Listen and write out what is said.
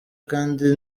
kandi